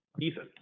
Ethan